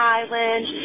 island